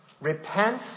Repent